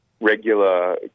regular